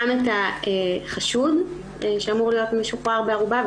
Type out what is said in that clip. את החשוד שאמור להיות משוחרר בערובה.